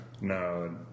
No